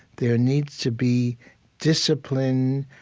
there needs to be discipline,